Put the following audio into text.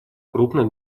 крупных